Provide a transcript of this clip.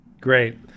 Great